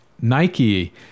nike